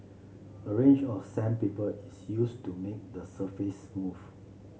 a range of sandpaper is used to make the surface smooth